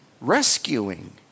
rescuing